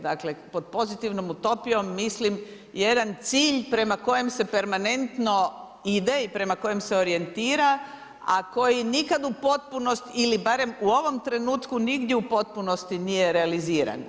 Dakle, pod pozitivnoj utopijom mislim, jedan cilj prema kojem se permanentno ide i prema kojem se orijentira, a koji nikada u potpunosti ili barem u ovom trenutku nigdje u potpunosti nije realiziran.